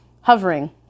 hovering